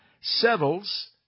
settles